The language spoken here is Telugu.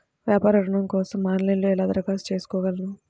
వ్యాపార ఋణం కోసం ఆన్లైన్లో ఎలా దరఖాస్తు చేసుకోగలను?